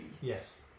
Yes